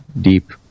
deep